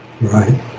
Right